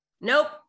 Nope